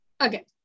Okay